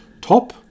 top